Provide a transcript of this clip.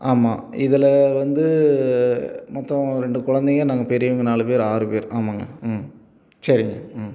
ஆமாம் இதில் வந்து மொத்தம் ரெண்டு குழந்தைங்க நாங்கள் பெரியவங்க நாலு பேர் ஆறு பேர் ஆமாங்க ம் சரிங்க ம்